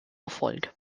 erfolg